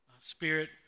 Spirit